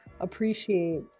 appreciate